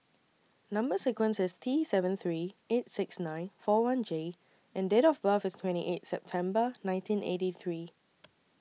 Number sequence IS T seven three eight six nine four one J and Date of birth IS twenty eight September nineteen eighty three